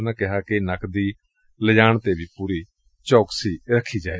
ਉਨ੍ਨਾਂ ਕਿਹਾ ਕਿ ਨਕਦੀ ਲਿਜਾਣ ਤੇ ਵੀ ਪੁਰੀ ਚੌਕਸੀ ਵਰਤੀ ਜਾਏ